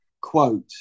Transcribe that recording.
quote